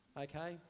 Okay